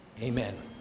amen